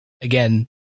again